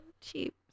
cheap